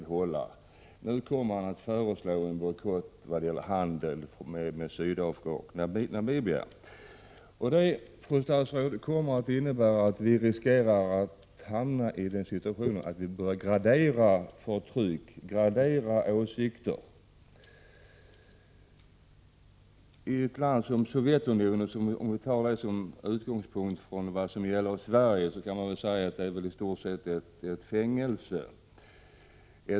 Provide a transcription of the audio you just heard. Nu kommer det inom kort att läggas fram ett förslag om en bojkott i vad gäller handel med Sydafrika och Namibia. Det innebär, fru statsråd, att det finns risk för att vi i Sverige börjar gradera förtryck och åsikter. Med utgångspunkt i vad som gäller i Sverige kan ett land som Sovjetunionen sägas vara i stort sett ett fängelse.